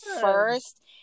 first